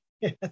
yes